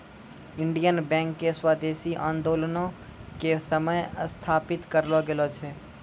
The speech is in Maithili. इंडियन बैंक के स्वदेशी आन्दोलनो के समय स्थापित करलो गेलो छै